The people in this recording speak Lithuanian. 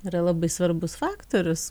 yra labai svarbus faktorius